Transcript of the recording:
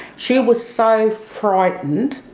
she was so frightened,